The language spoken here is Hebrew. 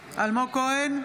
כהן,